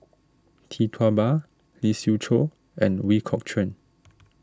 Tee Tua Ba Lee Siew Choh and Ooi Kok Chuen